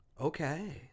Okay